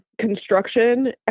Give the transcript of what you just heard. construction